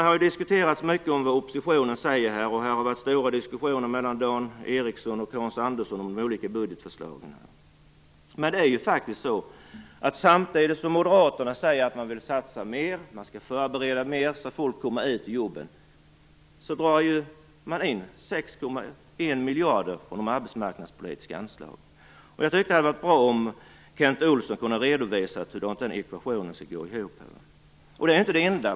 Det har diskuterats mycket om vad oppositionen säger och här har varit stora diskussioner mellan Dan Ericsson och Hans Andersson om de olika budgetförslagen. Men det är faktiskt så att samtidigt som moderaterna säger att man vill satsa mer, man skall förbereda mer så att folk kommer ut i jobben, drar man in 6,1 miljarder från de arbetsmarknadspolitiska anslagen. Jag tycker att det hade varit bra om Kent Olsson hade kunnat redovisa hur den ekvationen skall gå ihop. Det är inte det enda.